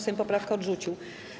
Sejm poprawkę odrzucił.